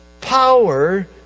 power